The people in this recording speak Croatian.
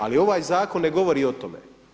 Ali ovaj zakon ne govori o tome.